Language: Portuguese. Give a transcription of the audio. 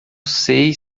sei